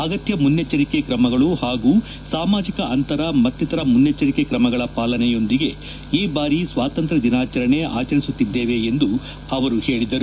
ಅಗತ್ಯ ಮುನ್ನೆಚ್ಚರಿಕೆ ತ್ರಮಗಳು ಹಾಗೂ ಸಾಮಾಜಿಕ ಅಂತರ ಮತ್ತಿತರ ಮುನ್ನೆಚ್ಚರಿಕೆ ತ್ರಮಗಳ ಪಾಲನೆಯೊಂದಿಗೆ ಈ ಬಾರಿ ಸ್ವಾತಂತ್ರ್ಯ ದಿನಾಚರಣೆ ಆಚರಿಸುತ್ತಿದ್ದೇವೆ ಎಂದು ಹೇಳಿದರು